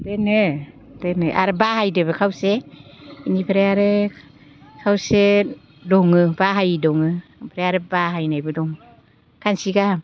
बेनो बेनो आरो बाहायदोंबो खावसे बेनिफ्राय आरो खावसे दङ बाहायि दङ ओमफ्राय आरो बाहायनायबो दं खानसि काहा